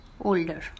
older